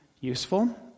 useful